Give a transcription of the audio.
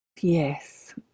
Yes